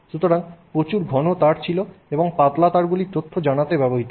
সুতরাং প্রচুর ঘন তার ছিল এবং পাতলা তারগুলি তথ্য জানাতে ব্যবহৃত হত